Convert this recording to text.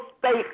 state